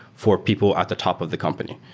for people at the top of the company?